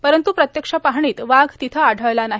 परंतू प्रत्यक्ष पाहणीत वाघ तिथं आढळला नाही